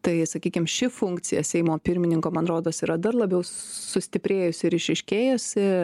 tai sakykim ši funkcija seimo pirmininko man rodos yra dar labiau sustiprėjusi ir išryškėjusi